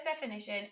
definition